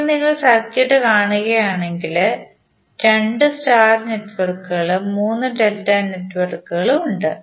ഇപ്പോൾ നിങ്ങൾ സർക്യൂട്ട് കാണുകയാണെങ്കിൽ 2 സ്റ്റാർ നെറ്റ്വർക്കുകളും 3 ഡെൽറ്റ നെറ്റ്വർക്കുകളും ഉണ്ട്